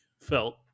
felt